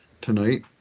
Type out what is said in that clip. tonight